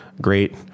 great